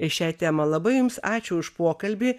šią temą labai jums ačiū už pokalbį